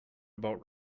about